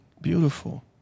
beautiful